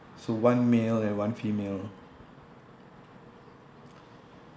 so one male and one female